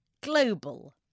Global